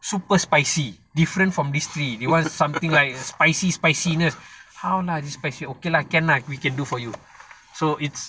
super spicy different from these three they want something like spicy spiciness how lah this spicy okay lah can lah I can do for you so it's